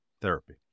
Therapy